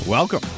Welcome